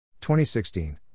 2016